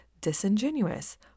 disingenuous